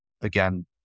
again